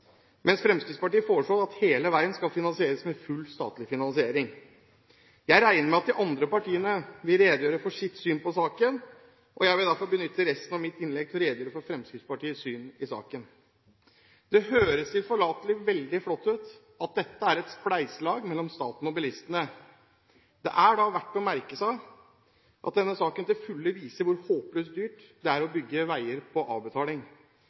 mens Fremskrittspartiet foreslår at hele veien skal finansieres med full statlig finansiering. Jeg regner med at de andre partiene vil redegjøre for sitt syn på saken, og jeg vil derfor benytte resten av mitt innlegg til å redegjøre for Fremskrittspartiets syn i saken. Det høres tilforlatelig og veldig flott ut at dette er et spleiselag mellom staten og bilistene. Det er da verdt å merke seg at denne saken til fulle viser hvor håpløst dyrt det er å bygge veier på avbetaling.